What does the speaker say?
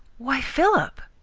why, philip!